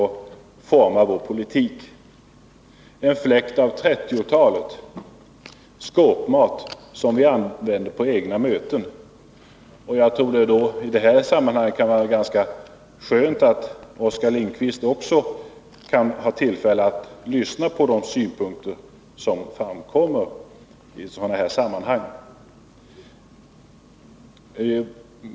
Oskar Lindkvist använder uttryck som en fläkt av 30-talet och skåpmat som vi använder på våra egna möten! Jag tror att det kan vara ganska bra att Oskar Lindkvist har tillfälle att lyssna på de synpunkter som kommer fram i sådana här sammanhang.